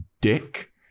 dick